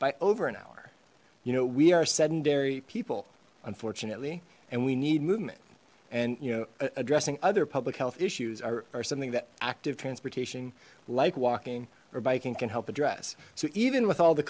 by over an hour you know we are sedentary people unfortunately and we need movement and you know addressing other public health issues are something that active transportation like walking or biking can help address so even with all the